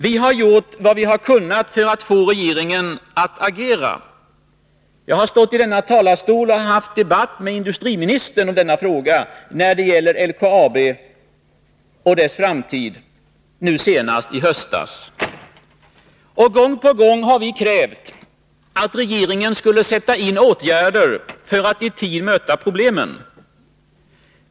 Vi har gjort vad vi har kunnat för att få regeringen att agera. Senast i höstas stod jag i denna talarstol och förde debatt med industriministern om LKAB och dess framtid. Gång på gång har vi krävt att regeringen skall sätta in åtgärder för att i tid möta problemen.